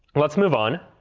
let's move on.